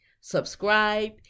subscribe